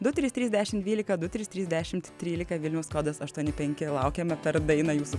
du trys trys dešimt dvylika du trys trys dešimt trylika vilniaus kodas aštuoni penki laukiame per dainą jūsų